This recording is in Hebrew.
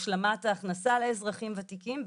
השלמת ההכנסה לאזרחים ותיקים ,